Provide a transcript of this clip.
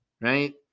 right